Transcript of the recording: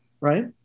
right